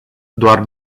doar